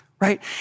right